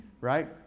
right